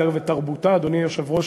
אדוני היושב-ראש,